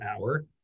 hour